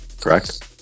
correct